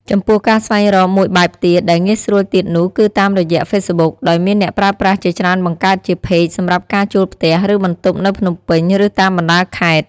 ចំពោះការស្វែងរកមួយបែបទៀតដែលងាយស្រួលទៀតនោះគឺតាមរយះ ហ្វេសប៊ុក ដោយមានអ្នកប្រើប្រាស់ជាច្រើនបង្កើតជា ផេក សម្រាប់ការជួលផ្ទះ ឬបន្ទប់នៅភ្នំពេញ ឬតាមបណ្ដាខេត្ត។